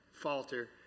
falter